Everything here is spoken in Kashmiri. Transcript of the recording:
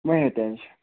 مےٚ ہیٚہ ٹٮ۪نٛشَن